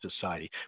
Society